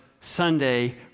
Sunday